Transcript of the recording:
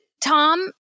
Tom